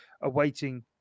awaiting